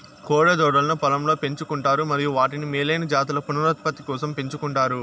కోడె దూడలను పొలంలో పెంచు కుంటారు మరియు వాటిని మేలైన జాతుల పునరుత్పత్తి కోసం పెంచుకుంటారు